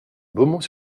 beaumont